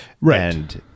right